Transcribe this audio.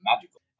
magical